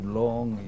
long